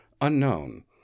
Unknown